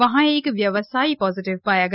वहां एक व्यवसायी पॉजिटिव पाया गया